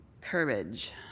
courage